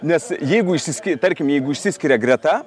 nes jeigu išsisk tarkim jeigu išsiskiria greta